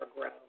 grow